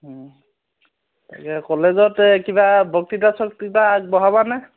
তাকে কলেজত এই কিবা বক্তৃতা চক্তৃতা আগবঢ়াবানে